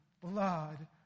blood